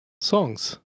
songs